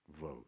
vote